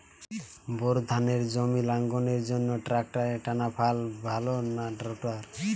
Bore ধানের জমি লাঙ্গলের জন্য ট্রাকটারের টানাফাল ভালো না রোটার?